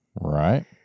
Right